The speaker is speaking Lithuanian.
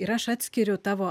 ir aš atskiriu tavo